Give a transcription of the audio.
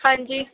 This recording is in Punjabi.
ਹਾਂਜੀ